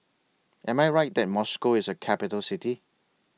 Am I Right that Moscow IS A Capital City